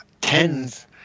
tens